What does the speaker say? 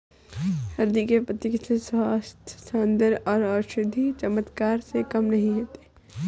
हल्दी के पत्ते किसी स्वास्थ्य, सौंदर्य और औषधीय चमत्कार से कम नहीं होते